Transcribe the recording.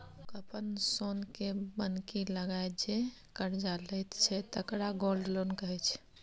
लोक अपन सोनकेँ बन्हकी लगाए जे करजा लैत छै तकरा गोल्ड लोन कहै छै